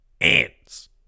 Ants